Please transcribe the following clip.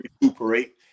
recuperate